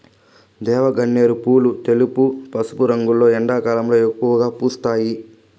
దేవగన్నేరు పూలు తెలుపు, పసుపు రంగులో ఎండాకాలంలో ఎక్కువగా పూస్తాయి